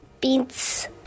beans